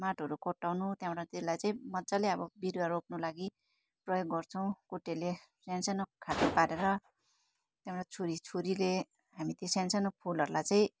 माटोहरू कोट्याउनु त्यहाँबाट त्यसलाई चाहिँ मजाले अब बिरुवा रोप्नु लागि प्रयोग गर्छौँ कुटेले सा सानो खाले पारेर त्यहाँबाट छुरी छुरीले हामी त्यो सा सानो फुलहरूलाई चाहिँ